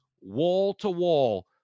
wall-to-wall